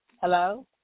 Hello